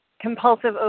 Compulsive